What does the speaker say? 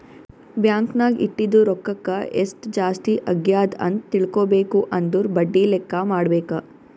bank ನಾಗ್ ಇಟ್ಟಿದು ರೊಕ್ಕಾಕ ಎಸ್ಟ್ ಜಾಸ್ತಿ ಅಗ್ಯಾದ್ ಅಂತ್ ತಿಳ್ಕೊಬೇಕು ಅಂದುರ್ ಬಡ್ಡಿ ಲೆಕ್ಕಾ ಮಾಡ್ಬೇಕ